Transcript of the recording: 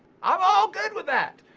i am all good with that.